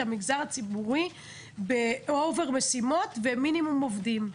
את המגזר הציבורי ב-over משימות ועם מינימום עובדים.